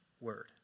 word